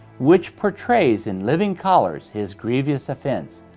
which portrays in living colors his grievous offense.